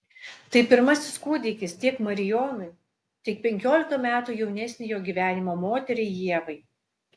tai pirmasis kūdikis tiek marijonui tiek penkiolika metų jaunesnei jo gyvenimo moteriai ievai